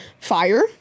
fire